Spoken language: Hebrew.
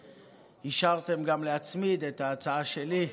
ואישרתם גם להצמיד את ההצעה שלי,